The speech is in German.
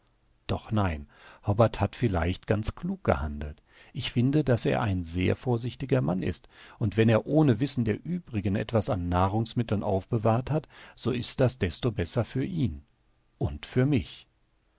doch nein hobbart hat vielleicht ganz klug gehandelt ich finde daß er ein sehr vorsichtiger mann ist und wenn er ohne wissen der uebrigen etwas an nahrungsmitteln aufbewahrt hat so ist das desto besser für ihn und für mich